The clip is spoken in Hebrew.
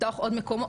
לפתוח עוד מקומות,